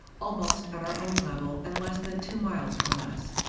almost at our own level and less than two miles from us.